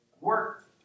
work